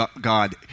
God